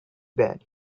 bad